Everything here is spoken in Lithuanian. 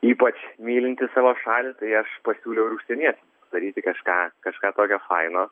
ypač mylintys savo šalį tai aš pasiūliau ir užsieniečiam daryti kažką kažką tokio faino